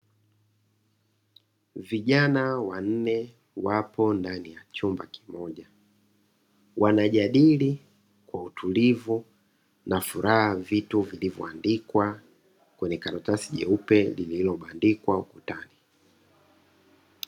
Vijana wanne wapo ndani ya chumba kimoja wanajadili kwa utulivu na furaha vitu vilivyoandikwa kwenye karatasi nyeupe ukutani.